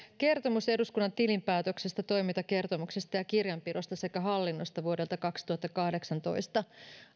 kertomus eduskunnan tilinpäätöksestä toimintakertomuksesta ja kirjanpidosta sekä hallinnosta vuodelta kaksituhattakahdeksantoista